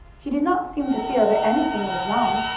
he did not seem to feel that anything was wrong.